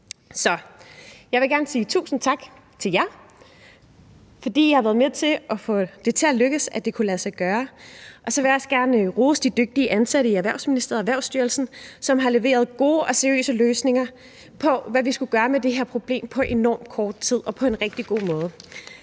Så jeg vil gerne sige tusind tak til jer, fordi I har været med til at få det til at lykkes, og så vil jeg også gerne rose de dygtige ansatte i Erhvervsministeriet og Erhvervsstyrelsen, som har leveret gode og seriøse løsninger på, hvad vi skulle gøre ved det her problem, på enormt kort tid og på en rigtig god måde.